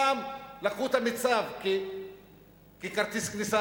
פעם לקחו את ה"מצרף" ככרטיס כניסה